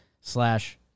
slash